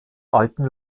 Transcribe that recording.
alten